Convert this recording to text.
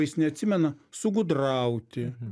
jis neatsimena sugudrauti